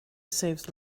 saves